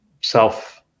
self